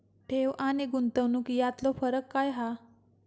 ठेव आनी गुंतवणूक यातलो फरक काय हा?